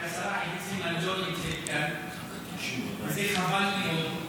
שהשרה עידית סילמן לא נמצאת כאן, וזה חבל מאוד.